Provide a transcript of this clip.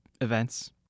events